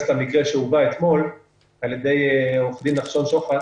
למקרה שהובא אתמול על ידי עו"ד נחשון שוחט